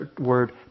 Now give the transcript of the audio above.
word